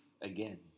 again